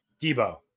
Debo